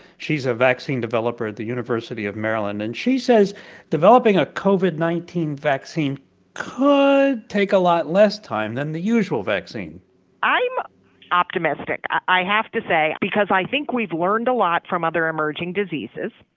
she's a vaccine developer at the university of maryland, and she says developing a covid nineteen vaccine could take a lot less time than the usual vaccine i'm optimistic, i have to say, because i think we've learned a lot from other emerging diseases.